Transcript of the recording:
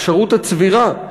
אפשרות הצבירה,